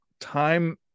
time